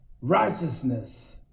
Righteousness